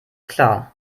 klar